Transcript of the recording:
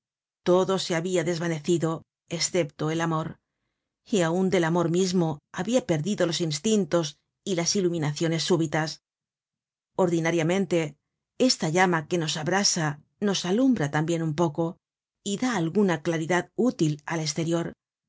todo se habia desvanecido escepto el amor y aun del amor mismo habia perdido los instintos y las iluminaciones súbitas ordinariamente esta llama que nos abrasa nos alumbra tambien un poco y da alguna claridad útil al esterior